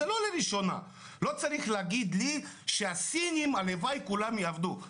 לא צריך להגיד לי שהלוואי כולם יעבדו כמו הסינים.